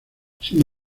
sin